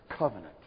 covenant